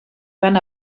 van